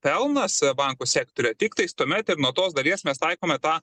pelnas bankų sektoriuj tiktais tuomet ir nuo tos dalies mes taikome tą